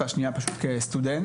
והשנייה פשוט כסטודנט.